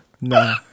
no